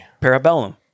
Parabellum